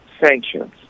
sanctions